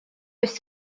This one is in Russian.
есть